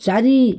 ଚାରି